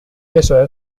eso